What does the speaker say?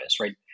right